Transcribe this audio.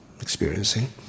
experiencing